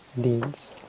deeds